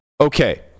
okay